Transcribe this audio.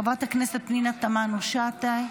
חברת הכנסת פנינה תמנו שטה,